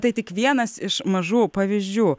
tai tik vienas iš mažų pavyzdžių